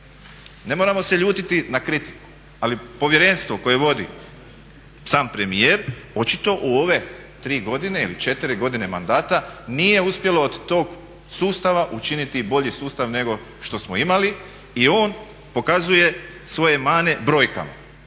Ne moramo se ljutiti na kritiku ali povjerenstvo koje vodi sam premijer očito u ove 3 godine ili 4 godine mandata nije uspjelo od tog sustava učiniti i bolji sustav nego što smo imali i on pokazuje svoje mane brojkama